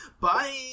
Bye